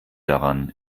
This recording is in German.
daran